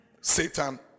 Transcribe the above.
Satan